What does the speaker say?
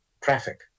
Traffic